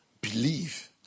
believe